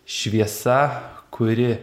šviesa kuri